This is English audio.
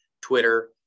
Twitter